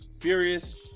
furious